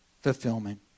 fulfillment